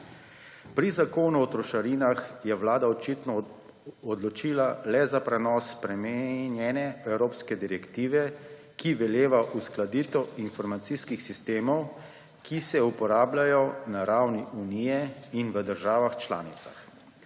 Pri Zakonu o trošarinah se je vlada očitno odločila le za prenos spremenjene evropskega direktive, ki veleva uskladitev informacijskih sistemov, ki se uporabljajo na ravni Unije in v državah članicah.